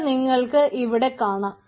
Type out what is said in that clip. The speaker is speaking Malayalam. അത് നിങ്ങൾക്ക് ഇവിടെ കാണാം